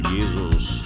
Jesus